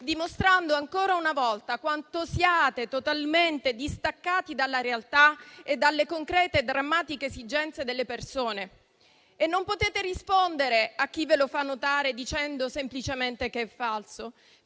dimostrando ancora una volta quanto siete totalmente distaccati dalla realtà e dalle concrete e drammatiche esigenze delle persone. Non potete rispondere a chi ve lo fa notare dicendo semplicemente che è falso.